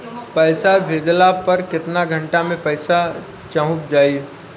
पैसा भेजला पर केतना घंटा मे पैसा चहुंप जाई?